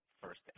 first